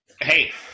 hey